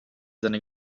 seine